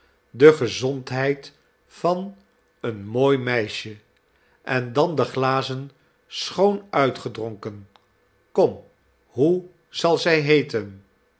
de gezondheid van een mooi meisje en dan de glazen schoon uitgedronken kom hoe zal zij heeten